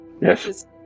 Yes